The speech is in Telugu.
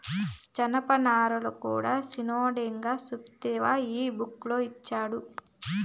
జనపనారల కూడా సిన్నోడా సూస్తివా ఈ బుక్ ల ఇచ్చిండారు